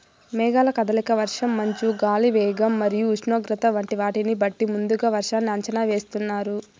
మేఘాల కదలిక, వర్షం, మంచు, గాలి వేగం మరియు ఉష్ణోగ్రత వంటి వాటిని బట్టి ముందుగా వర్షాన్ని అంచనా వేస్తున్నారు